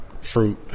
fruit